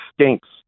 stinks